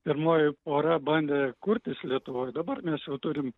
pirmoji pora bandė kurtis lietuvoj dabar mes jau turim